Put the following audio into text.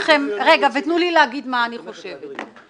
ותנו לי להגיד מה אני חושבת.